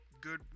good